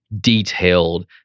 detailed